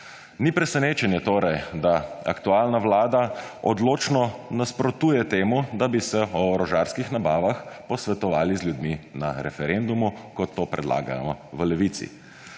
Ni presenečenje torej, da aktualna vlada odločno nasprotuje temu, da bi se o orožarskih nabavah posvetovali z ljudmi na referendumu, kot to predlagamo v Levici.